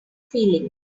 feelings